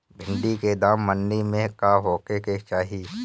भिन्डी के दाम मंडी मे का होखे के चाही?